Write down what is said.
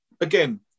again